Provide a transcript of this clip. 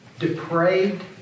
depraved